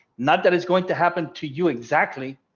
not that it's going to happen to you exactly.